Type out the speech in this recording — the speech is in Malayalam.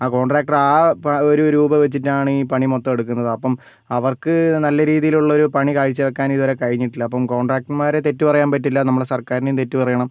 ആ കോൺട്രാക്ടർ ആ ഒരു രൂപ വെച്ചിട്ടാണ് ഈ പണി മൊത്തം എടുക്കുന്നത് അപ്പം അവർക്ക് നല്ല രീതിയിലുള്ള ഒരു പണി കാഴ്ചവയ്ക്കാൻ ഇതുവരെ കഴിഞ്ഞിട്ടില്ല അപ്പം കോൺട്രാക്ടർമാരെ തെറ്റുപറയാൻ പറ്റില്ല നമ്മുടെ സർക്കാരിനെയും തെറ്റു പറയണം